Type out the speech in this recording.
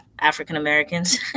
African-Americans